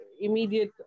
immediate